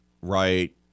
right